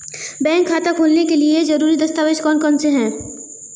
Bank खाता खोलने के लिए ज़रूरी दस्तावेज़ कौन कौनसे हैं?